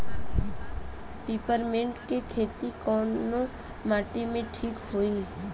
Peppermint के खेती कवने माटी पे ठीक होई?